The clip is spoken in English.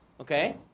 okay